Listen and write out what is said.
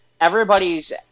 everybody's